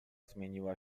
zmieniła